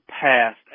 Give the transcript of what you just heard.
passed